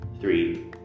Three